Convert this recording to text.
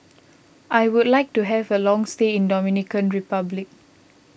I would like to have a long stay in Dominican Republic